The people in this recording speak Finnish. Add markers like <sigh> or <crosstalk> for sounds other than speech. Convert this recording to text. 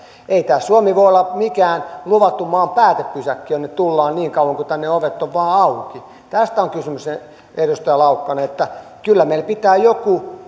ei tämä suomi voi olla mikään luvatun maan päätepysäkki jonne tullaan niin kauan kuin tänne ovet ovat vaan auki tästä on kysymys edustaja laukkanen että kyllä meillä pitää joku <unintelligible>